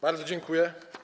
Bardzo dziękuję.